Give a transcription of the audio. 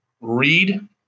read